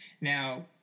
Now